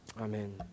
Amen